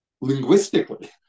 linguistically